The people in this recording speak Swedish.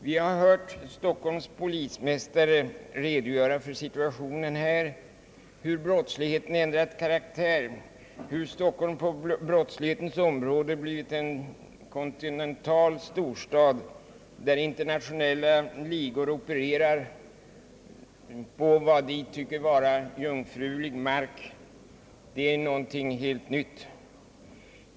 Vi har hört Stockholms polismästare redogöra för hur brottsligheten ändrat karaktär, hur Stockholm på brottslighetens område blivit en kontinental storstad, där internationella ligor opererar på vad de tycker vara jungfrulig mark. Det är någonting helt nytt.